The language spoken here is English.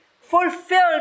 fulfilled